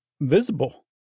visible